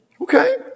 Okay